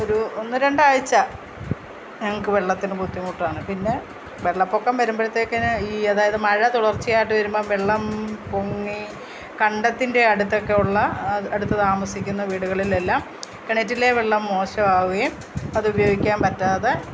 ഒരു ഒന്നു രണ്ട് ആഴ്ച ഞങ്ങൾക്ക് വെള്ളത്തിനു ബുദ്ധിമുട്ടാണ് പിന്നെ വെള്ളപ്പൊക്കം വരുമ്പോഴത്തേക്കിനും ഈ അതായത് മഴ തുടർച്ചയായിട്ട് വരുമ്പം വെള്ളം പൊങ്ങി കണ്ടത്തിൻ്റെ അടുത്തൊക്കെയുള്ള അടുത്തു താമസിക്കുന്ന വീടുകളിലെല്ലാം കിണറ്റിലെ വെള്ളം മോശമാകുകയും അത് ഉപയോഗിക്കാൻ പറ്റാതെ